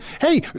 Hey